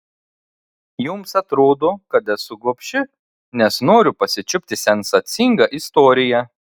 jums atrodo kad esu gobši nes noriu pasičiupti sensacingą istoriją